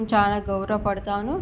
చాలా గౌరవ పడుతాను